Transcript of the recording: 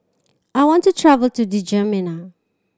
I want to travel to Djamena